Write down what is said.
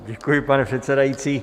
Děkuji, pane předsedající.